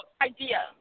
idea